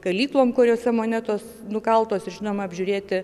kalyklom kuriose monetos nukaltos ir žinoma apžiūrėti